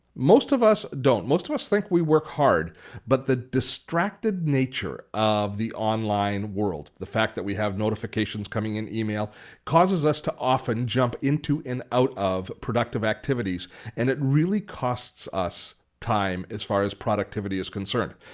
most of us don't. most of us think we work hard but the distracted nature of the online world, the fact that we have notifications coming in email causes us to often jump into and out of productive activities activities and it really costs us time as far as productivity is concerned.